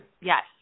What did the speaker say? Yes